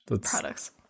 products